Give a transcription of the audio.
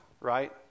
right